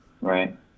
Right